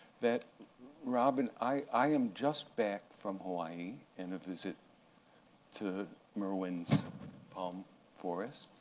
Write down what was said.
that robin, i am just back from hawaii, and a visit to merwin's palm forest.